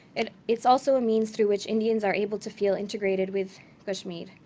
and it's also a means through which indians are able to feel integrated with kashmir.